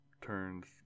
turns